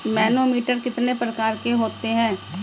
Manometer कितने प्रकार के होते हैं?